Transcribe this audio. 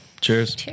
Cheers